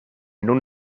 nun